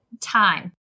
time